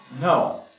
no